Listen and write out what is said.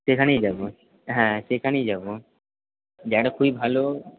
সেখানেই যাব হ্যাঁ সেখানেই যাব জায়গাটা খুবই ভালো